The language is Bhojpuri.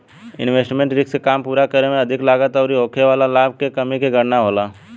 इन्वेस्टमेंट रिस्क के काम पूरा करे में अधिक लागत अउरी होखे वाला लाभ के कमी के गणना होला